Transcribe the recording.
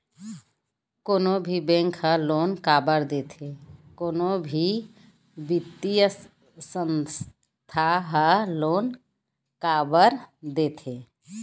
कोनो भी bank loan काबर देथे कोनो भी बित्तीय संस्था ह लोन काय बर देथे?